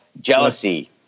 jealousy